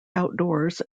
outdoors